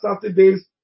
Saturdays